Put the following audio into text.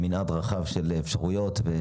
אנחנו מדברים על כניסות ויציאות מישראל,